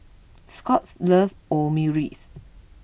Scott loves Omurice